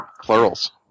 Plurals